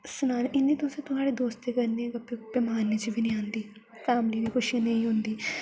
सनां इन्नी तु'सें थुआढ़े दोस्तें कन्नै गप्पें गुप्पें मारने च बी नेई आंदी फैमली दी खुशी नेईं होंदी